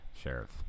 sheriff